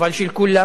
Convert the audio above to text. אבל של כולם.